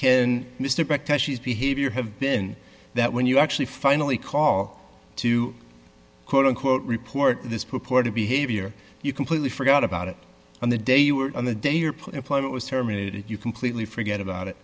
behavior have been that when you actually finally call to quote unquote report this purported behavior you completely forgot about it on the day you were on the day your point was terminated you completely forget about it